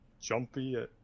jumpy